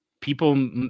people